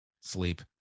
Sleep